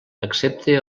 excepte